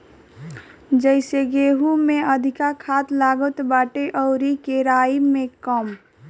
जइसे गेंहू में अधिका खाद लागत बाटे अउरी केराई में कम